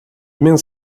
minns